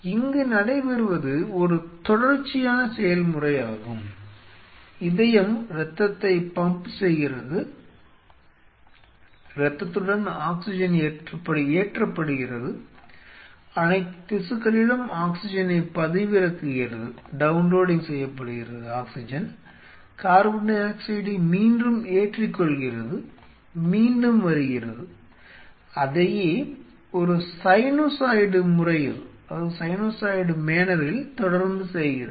இங்கு நடைபெறுவது ஒரு தொடர்ச்சியான செயல்முறையாகும் இதயம் இரத்தத்தை பம்ப் செய்கிறது இரத்தத்துடன் ஆக்ஸிஜன் ஏற்றப்படுகிறது அனைத்து திசுக்களிலும் ஆக்ஸிஜனைப் பதிவிறக்குகிறது கார்பன் டை ஆக்சைடை மீண்டும் ஏற்றிக்கொள்கிறது மீண்டும் வருகிறது அதையே ஒரு சைனூசாய்டு முறையில் தொடர்ந்து செய்கிறது